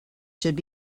should